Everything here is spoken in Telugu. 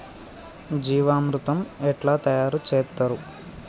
జీవామృతం ఎట్లా తయారు చేత్తరు?